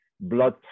blood